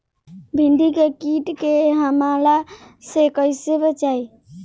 भींडी के कीट के हमला से कइसे बचाई?